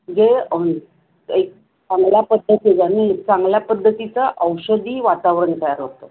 जे एक चांगल्या पद्धतीचं नाही चांगल्या पद्धतीचं औषधी वातावरण तयार होतं